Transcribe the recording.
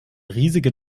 riesige